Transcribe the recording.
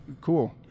Cool